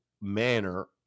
manner